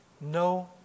No